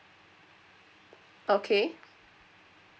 okay